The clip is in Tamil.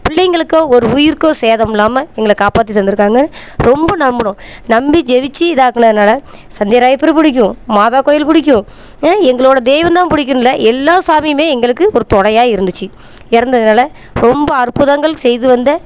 பிள்ளைங்களுக்கோ ஒரு உயிருக்கோ சேதம் இல்லாமல் எங்களை காப்பாற்றி தந்திருக்காங்க ரொம்ப நம்பினோம் நம்பி ஜெபிச்சு இதாக்குனதினால சந்தியாராயப்பரை பிடிக்கும் மாதா கோயில் பிடிக்கும் எங்களோடய தெய்வம் தான் பிடிக்கும்னு இல்லை எல்லா சாமியுமே எங்களுக்கு ஒரு துணையா இருந்துச்சு இருந்ததினால ரொம்ப அற்புதங்கள் செய்து வந்த